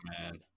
man